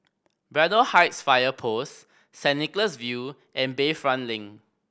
Braddell Heights Fire Post Saint Nicholas View and Bayfront Link